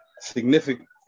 significant